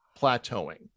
plateauing